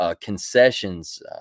concessions